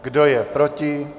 Kdo je proti?